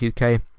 UK